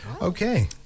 Okay